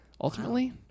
Ultimately